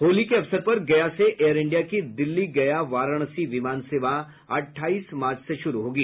होली के अवसर पर गया से एयर इंडिया की दिल्ली गया वाराणसी विमान सेवा अठाईस मार्च से शुरू होगी